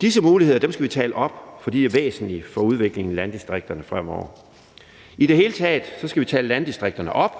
Disse muligheder skal vi tale op, for de er væsentlige for udviklingen af landdistrikterne fremover. I det hele taget skal vi tale landdistrikterne op